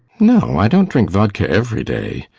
no, i don't drink vodka every day,